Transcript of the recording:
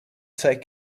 take